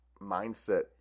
mindset